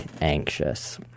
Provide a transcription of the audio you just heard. anxious